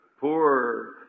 poor